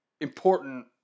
important